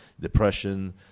depression